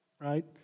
Right